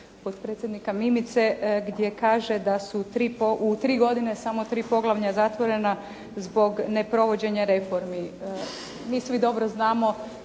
potpredsjednika Mimice gdje kaže da su u tri godine samo tri poglavlja zatvorena zbog neprovođenja reformi. Mi svi dobro znamo